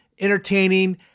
entertaining